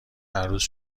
عروس